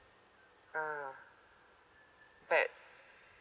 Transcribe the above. uh but